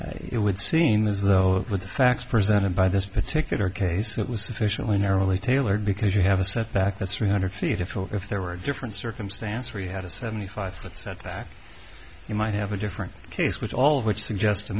it would seem as though the facts presented by this particular case it was sufficiently narrowly tailored because you have a setback that's three hundred feet if if there were a different circumstance where you had a seventy five that's at the back you might have a different case which all of which suggests to